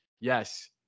yes